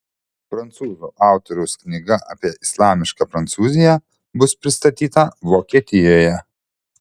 prancūzų autoriaus knyga apie islamišką prancūziją bus pristatyta vokietijoje